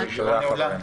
הישיבה נעולה.